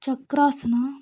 chakrasana